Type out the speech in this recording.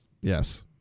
Yes